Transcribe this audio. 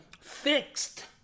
fixed